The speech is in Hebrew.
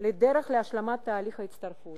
בדרך להשלמת תהליך ההצטרפות.